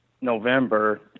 November